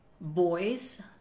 Boys